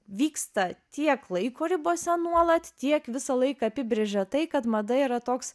vyksta tiek laiko ribose nuolat tiek visą laiką apibrėžia tai kad mada yra toks